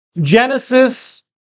Genesis